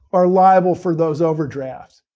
are liable for those overdrafts.